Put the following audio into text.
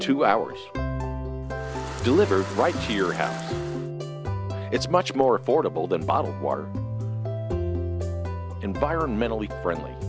two hours delivered right here has it's much more affordable than bottled water environmentally friendly